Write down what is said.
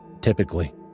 Typically